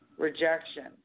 Rejection